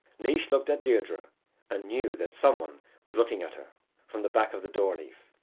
naois looked at deirdre and knew that some one was looking at her from the back of the door-leaf.